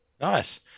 nice